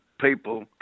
people